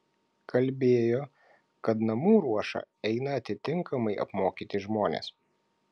kalbėjo kad namų ruošą eina atitinkamai apmokyti žmonės